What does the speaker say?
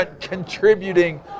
contributing